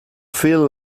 feel